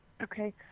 Okay